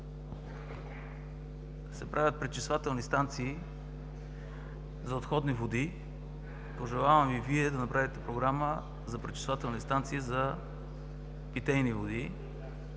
се правят пречиствателни станции за отходни води. Пожелавам Ви Вие да направите програма за пречиствателни станции за питейни води,